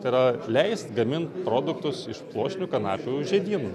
tai yra leist gamint produktus iš pluoštinių kanapių žiedynų